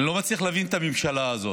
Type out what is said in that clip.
אני לא מצליח להבין את הממשלה הזאת.